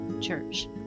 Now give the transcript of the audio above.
Church